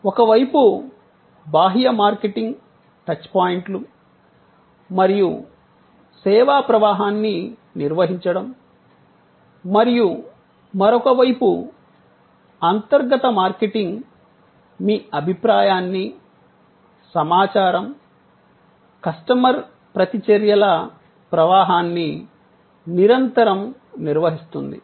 ఒక వైపు బాహ్య మార్కెటింగ్ టచ్ పాయింట్లు మరియు సేవా ప్రవాహాన్ని నిర్వహించడం మరియు మరొక వైపు అంతర్గత మార్కెటింగ్ మీ అభిప్రాయాన్ని సమాచారం కస్టమర్ ప్రతిచర్యల ప్రవాహాన్ని నిరంతరం నిర్వహిస్తుంది